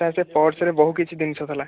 sir ସେ ପର୍ସରେ ବହୁ କିଛି ଜିନିଷ ଥିଲା